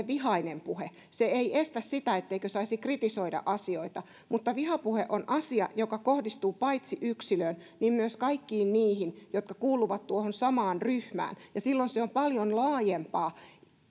vihainen puhe se ei estä sitä etteikö saisi kritisoida asioita mutta vihapuhe on asia joka kohdistuu paitsi yksilöön myös kaikkiin niihin jotka kuuluvat tuohon samaan ryhmään ja silloin se on paljon laajempaa